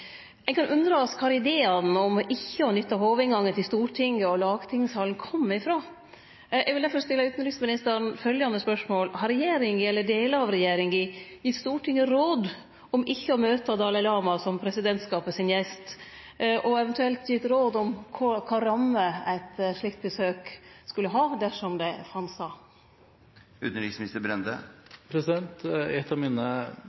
undra meg over kvar ideane om ikkje å nytte hovudinngangen til Stortinget og ikkje å nytte lagtingssalen kjem frå. Eg vil derfor stille utanriksministeren følgjande spørsmål: Har regjeringa eller delar av regjeringa gjeve Stortinget råd om ikkje å møte Dalai Lama som presidentskapet sin gjest, og har ho eventuelt gjeve råd om kva for rammer eit slikt besøk skulle ha, dersom det skulle finne stad? I et av